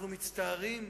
אנחנו מצטערים,